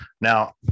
Now